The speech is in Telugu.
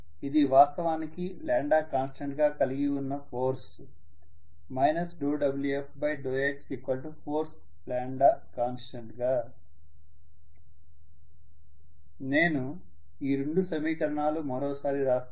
ఇది వాస్తవానికి కాన్స్టంట్ గా కలిగిన ఫోర్స్ ∂Wf∂x ఫోర్స్ కాన్స్టంట్ గా నేను ఈ రెండు సమీకరణాలు మరోసారి రాస్తాను